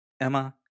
emma